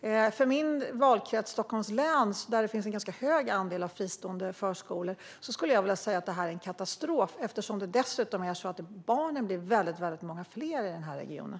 För min valkrets Stockholms län, där det finns en ganska hög andel fristående förskolor, vore detta en katastrof eftersom barnen dessutom blir väldigt många fler i den här regionen.